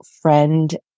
friend